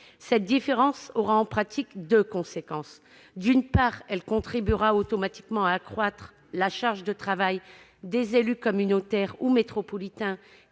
Cette différence aura en pratique deux conséquences. D'une part, elle contribuera automatiquement à accroître la charge de travail des seuls élus communautaires ou métropolitains,